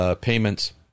payments